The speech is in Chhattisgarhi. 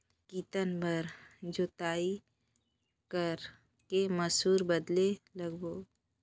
कितन बार जोताई कर के मसूर बदले लगाबो?